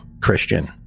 christian